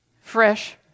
fresh